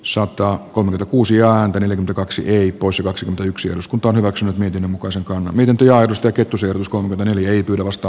sotaa kun uusia anten eli kaksi usa kaksi yksi omsk on hyväksynyt niiden mukaiset miten työ aidosta kettusen uskomme veljeni tulevasta